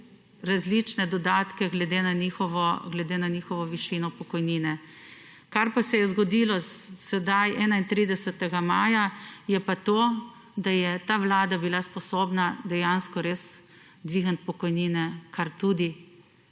različne dodatke glede na njihovo višino pokojnine. Kar pa se je zgodilo sedaj 31. maja, je pa to, da je ta Vlada bila sposobna dejansko res dvigniti pokojnine kar tudi